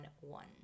one